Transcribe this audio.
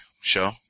show